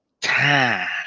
time